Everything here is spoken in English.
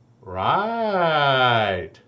Right